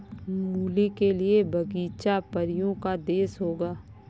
मूली के लिए बगीचा परियों का देश होगा